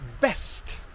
best